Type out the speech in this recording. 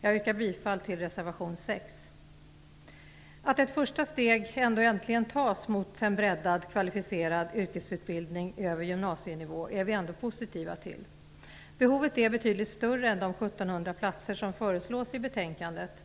Jag yrkar bifall till reservation Att ett första steg ändå äntligen tas mot en breddad kvalificerad yrkesutbildning över gymnasienivå är vi ändå positiva till. Behovet är betydligt större än de 1 700 platser som föreslås i betänkandet,